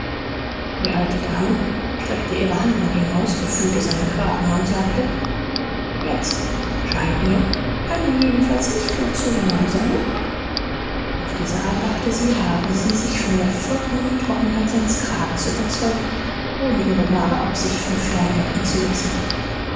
die alte dame streckte ihre hand nach ihm aus befühlte seinen kragen und sagte jetzt scheint mir kann dir jedenfalls nicht mehr zu warm sein nicht auf diese art dachte sie habe sie sich von der vollkommenen trockenheit seines kragens überzeugt ohne ihre wahre absicht von fern merken zu lassen